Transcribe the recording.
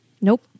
Nope